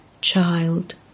child